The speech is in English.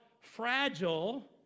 fragile